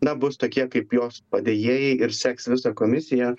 na bus tokie kaip jos padėjėjai ir seks visą komisiją